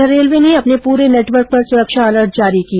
उधर रेलवे ने अपने पुरे नेटवर्क पर सुरक्षा अलर्ट जारी किया है